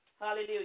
Hallelujah